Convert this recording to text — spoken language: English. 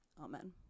Amen